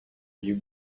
you